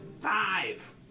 five